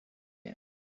yet